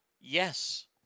Yes